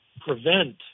prevent